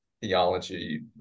theology